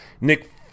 Nick